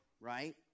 Right